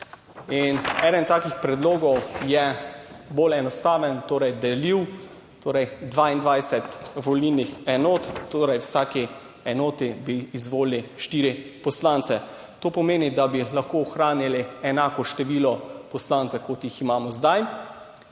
In eden takih predlogov je bolj enostaven. Torej, delil torej 22 volilnih enot, torej v vsaki enoti bi izvolili štiri poslance. To pomeni, da bi lahko ohranili enako število poslancev, kot jih imamo zdaj